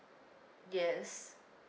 yes